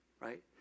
right